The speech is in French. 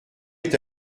est